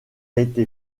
été